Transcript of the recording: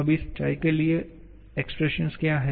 अब इस के लिए एक्सप्रेसन क्या है